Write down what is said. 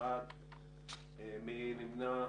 מי נמנע?